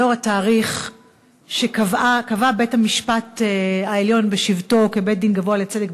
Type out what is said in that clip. זהו התאריך שקבע בית-המשפט העליון בשבתו כבית-דין גבוה לצדק,